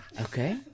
Okay